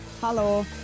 Hello